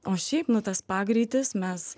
o šiaip nu tas pagreitis mes